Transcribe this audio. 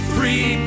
Free